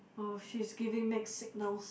oh she's giving mixed signals